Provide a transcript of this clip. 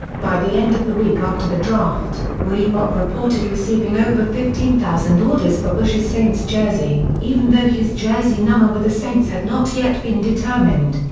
by the end of the week after the draft, reebok reported receiving over fifteen thousand orders for bush's saints jersey, even though his jersey number with the saints had not yet been determined.